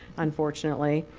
unfortunately.